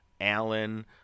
Allen